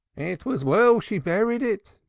it was well she buried it,